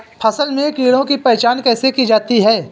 फसल में कीड़ों की पहचान कैसे की जाती है?